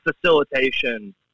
facilitation